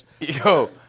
Yo